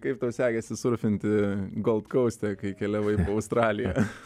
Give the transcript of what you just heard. kaip tau sekėsi surfinti gold kouste kai keliavai po australiją